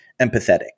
empathetic